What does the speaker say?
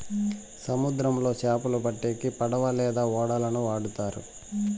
సముద్రంలో చాపలు పట్టేకి పడవ లేదా ఓడలను వాడుతారు